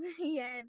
yes